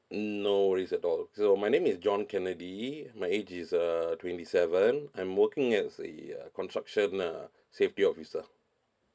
no worries at all so my name is john kennedy my age is uh twenty seven I'm working as a uh construction uh safety officer